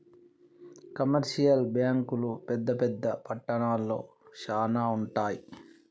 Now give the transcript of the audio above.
commercial బ్యాంకులు పెద్ద పెద్ద పట్టణాల్లో శానా ఉంటయ్